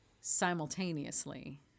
simultaneously